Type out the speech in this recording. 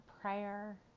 prayer